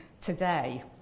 today